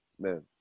man